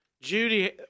Judy